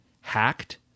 hacked